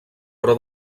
però